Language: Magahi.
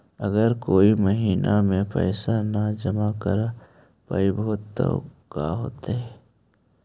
अगर कोई महिना मे पैसबा न जमा कर पईबै त का होतै?